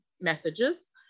messages